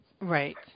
Right